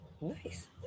Nice